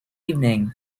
evening